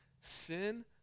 Sin